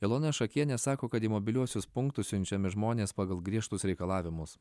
ilona šakienė sako kad į mobiliuosius punktus siunčiami žmonės pagal griežtus reikalavimus